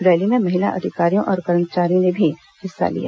rally में महिला अधिकारियों और कर्मचारियों ने भी हिस्सा लिया